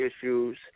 issues